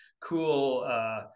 cool